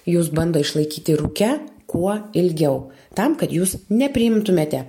jus bando išlaikyti rūke kuo ilgiau tam kad jūs nepriimtumėte